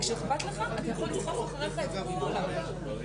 בצורה מושלמת בגיל 14,